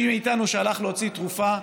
מי מאיתנו שהלך להוציא תרופה,